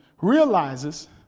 realizes